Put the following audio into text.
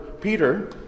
Peter